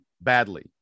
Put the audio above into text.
badly